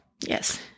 Yes